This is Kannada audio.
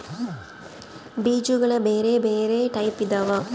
ಬೀಜಗುಳ ಬೆರೆ ಬೆರೆ ಟೈಪಿದವ